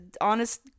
honest